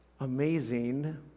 Amazing